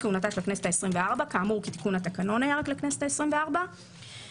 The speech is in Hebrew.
כהונתה של הכנסת ה-24 כאמור תיקון התקנון היה רק לכנסת ה-24 - ואז